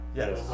yes